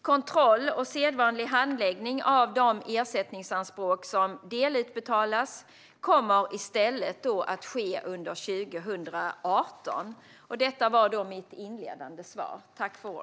Kontroll och sedvanlig handläggning av de ersättningsanspråk som delutbetalas kommer i stället att ske under 2018. Detta var mitt inledande svar.